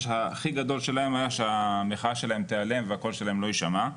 הכי גדול שלהם היה שהמחאה שלהם תיעלם והקול שלהם לא יישמע.